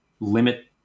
limit